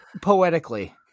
poetically